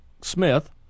Smith